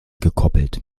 gekoppelt